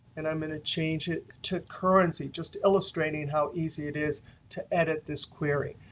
and i'm going to change it to currency. just illustrating how easy it is to edit this query.